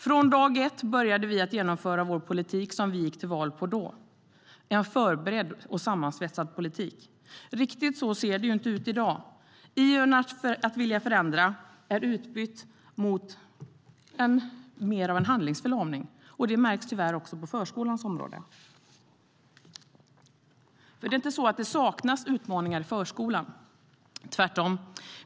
Från dag ett började vi att genomföra vår politik som vi gick till val på då - en förberedd och sammansvetsad politik. Riktigt så ser det inte ut i dag. Ivern att vilja förändra är utbytt mot en handlingsförlamning. Det märks tyvärr också på förskolans område. Det är inte så att det saknas utmaningar i förskolan, tvärtom.